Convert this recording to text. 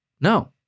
No